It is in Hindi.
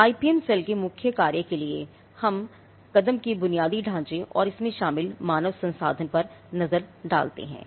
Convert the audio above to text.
आईपीएम सेल के मुख्य कार्य के लिए हम कदम के बुनियादी ढांचे और इसमें शामिल मानव संसाधन पर नजर डालते हैं